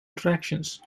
attractions